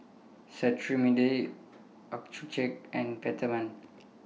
Cetrimide Accucheck and Peptamen